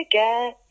get